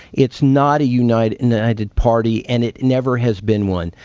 it's not a united united party and it never has been one.